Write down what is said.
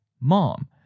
mom